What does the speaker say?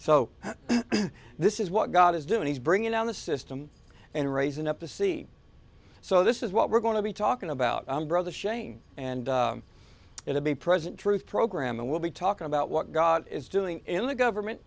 so this is what god is doing he's bringing down the system and raising up the sea so this is what we're going to be talking about brother shane and it will be present truth program and we'll be talking about what god is doing in the government